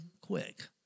quick